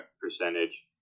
percentage